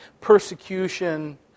persecution